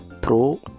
Pro